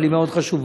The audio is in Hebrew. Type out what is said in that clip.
אבל היא מאוד חשובה.